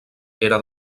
era